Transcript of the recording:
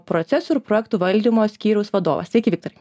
procesorių projektų valdymo skyriaus vadovas sveiki viktorai